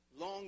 long